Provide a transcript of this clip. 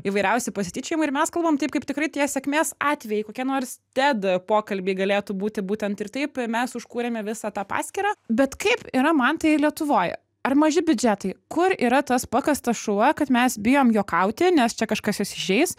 įvairiausi pasityčiojimai ir mes kalbam taip kaip tikrai tie sėkmės atvejai kokie nors ted pokalbiai galėtų būti būtent ir taip mes užkūrėme visą tą paskyrą bet kaip yra mantai lietuvoj ar maži biudžetai kur yra tas pakastas šuo kad mes bijom juokauti nes čia kažkas įsižeis